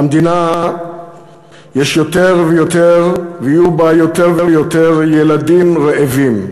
למדינה יש יותר ויותר ויהיו בה יותר ויותר ילדים רעבים,